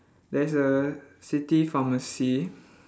there's a city pharmacy